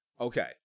Okay